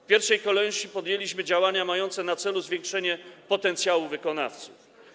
W pierwszej kolejności podjęliśmy działania mające na celu zwiększenie potencjału wykonawców.